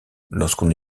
lorsqu’on